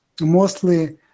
mostly